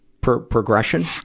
progression